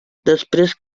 després